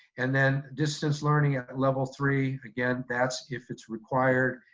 and then distance learning at level three, again, that's if it's required,